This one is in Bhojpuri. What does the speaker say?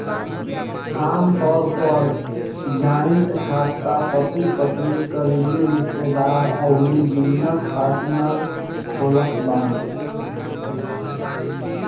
आमतौर पअ जॉइंट खाता पति पत्नी, करीबी रिश्तेदार अउरी बिजनेस पार्टनर खोलत बाने